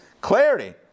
clarity